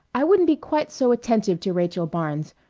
i wouldn't be quite so attentive to rachael barnes.